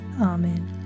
Amen